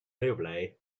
overlay